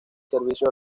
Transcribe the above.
servicio